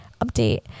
update